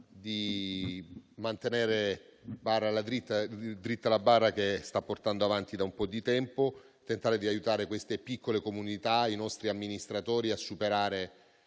di mantenere dritta la barra che sta portando avanti da un po' di tempo, tentare di aiutare queste piccole comunità e i nostri amministratori a superare